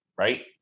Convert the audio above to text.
right